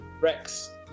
Rex